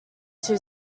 two